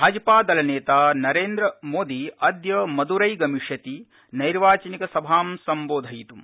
भाजपादल नेता नरेनद्रमोदी अह्य मद्रै गमिष्यति नैर्वाचनिक सभा संबोधयितृम्